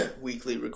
weekly